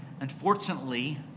Unfortunately